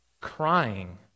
crying